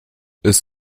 ist